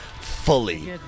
fully